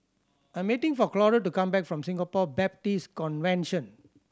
I'm waiting for Clora to come back from Singapore Baptist Convention